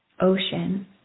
ocean